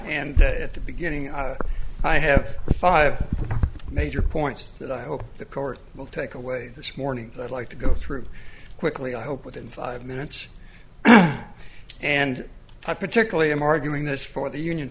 day at the beginning i have five major points that i hope the court will take away this morning that like to go through quickly i hope within five minutes and i particularly am arguing this for the union